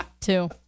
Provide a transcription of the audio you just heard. Two